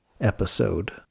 episode